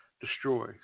destroy